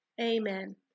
amen